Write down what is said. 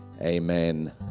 Amen